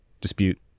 dispute